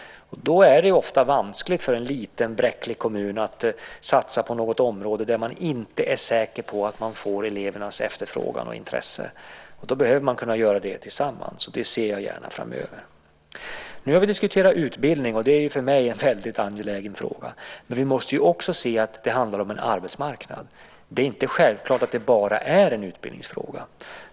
Då är det ofta vanskligt för en liten bräcklig kommun att satsa på något område där man inte är säker på att man får elevernas efterfrågan och intresse. Det behöver man kunna göra tillsammans, och det ser jag gärna framöver. Nu har vi diskuterat utbildning, som för mig är en angelägen fråga. Men vi måste också se att det handlar om en arbetsmarknad. Det är inte självklart att det bara är en utbildningsfråga.